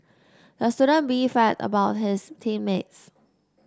the student beefed at about his team mates